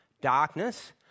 darkness